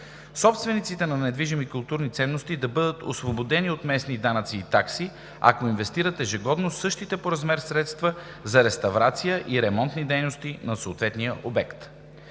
Собствениците на недвижимите културни ценности да бъдат освободени от местни данъци и такси, ако инвестират ежегодно същите по размер средства за реставрация и ремонтни дейности на съответния обект.